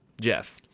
Jeff